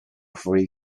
free